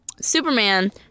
Superman